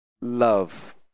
love